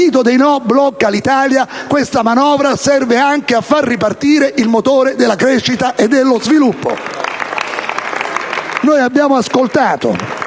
Il partito dei no blocca l'Italia e questa manovra serve anche a far ripartire il motore della crescita e dello sviluppo *(Applausi dai